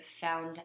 found